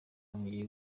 bongeye